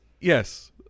Yes